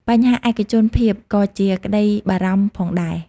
បញ្ហាឯកជនភាពក៏ជាក្ដីបារម្ភផងដែរ។